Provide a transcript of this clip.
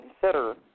consider